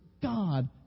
God